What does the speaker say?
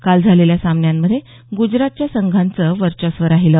काल झालेल्या सामन्यांमध्ये ग्जरातच्या संघांचं वर्चस्व राहिलं